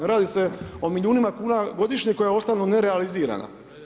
Radi se o milijunima kuna godišnje koja ostanu nerealizirana.